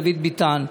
דוד ביטן,